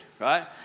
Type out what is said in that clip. right